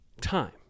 time